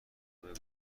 بگو